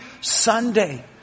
Sunday